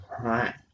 Right